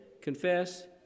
confess